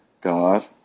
god